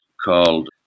called